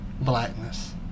Blackness